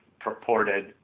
purported